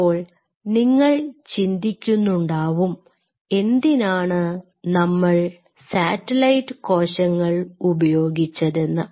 ഇപ്പോൾ നിങ്ങൾ ചിന്തിക്കുന്നുണ്ടാവും എന്തിനാണ് നമ്മൾ സാറ്റലൈറ്റ് കോശങ്ങൾ ഉപയോഗിച്ചതെന്ന്